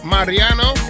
Mariano